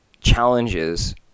challenges